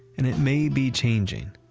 and it may be changing.